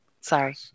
Sorry